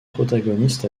protagonistes